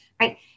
right